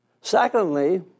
Secondly